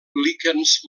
líquens